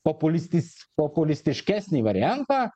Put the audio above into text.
populistinis populistiškesnį variantą